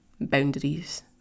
Boundaries